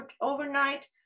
overnight